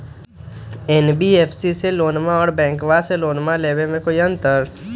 NBFC से लोनमा आर बैंकबा से लोनमा ले बे में कोइ अंतर?